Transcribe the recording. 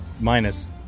Minus